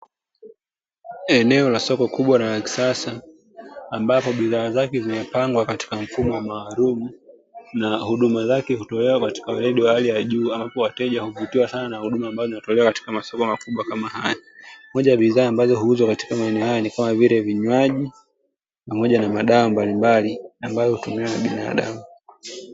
Eneo la soko kubwa na la kisasa ambapo bidhaa zake zimepangwa katika mfumo maalumu na huduma zake hutolewa katika weledi wa hali ya juu, ambapo wateja huvutiwa sana na huduma ambazo zinatolewa na masoko makubwa kama haya. Moja ya bidhaa ambazo huuzwa katika soko hili ni kama vile vinywaji pamoja na madawa mbalimbali ambayo hutumiwa na binadamu.